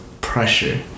pressure